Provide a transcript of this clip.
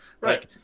Right